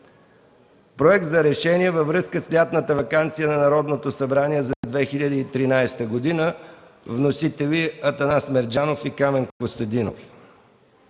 Проект за решение във връзка с лятната ваканция на Народното събрание за 2013 г. с вносители Атанас Мерджанов и Камен Костадинов.